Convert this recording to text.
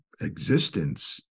existence